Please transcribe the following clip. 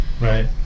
right